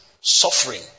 suffering